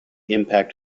impact